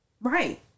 Right